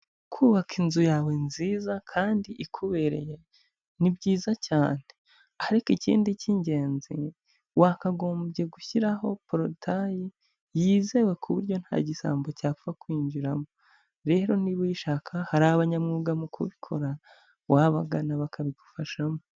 Kubaka inzu yawe nziza kandi ikubereye ni byiza cyane, ariko ikindi cy'ingenzi wakagombye gushyiraho porotayi yizewe ku buryo nta gisambo cyapfa kwinjiramo. Rero niba uyishaka hari abanyamwuga mu kubikora wabagana bakabigufashamo.